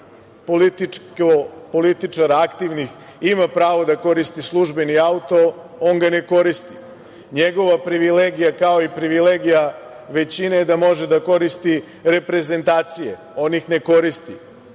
političara aktivnih ima pravo da koristi službeni auto, on ga ne koristi. Njegova privilegija je kao i privilegija većine da može da koristi reprezentacije, on ih ne koristi.